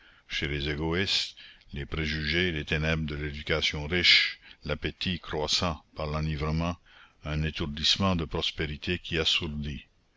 chez les égoïstes les préjugés les ténèbres de l'éducation riche l'appétit croissant par l'enivrement un étourdissement de prospérité qui assourdit